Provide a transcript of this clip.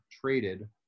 traded